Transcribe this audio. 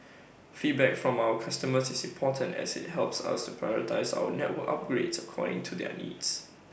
feedback from our customers is important as IT helps us to prioritise our network upgrades according to their needs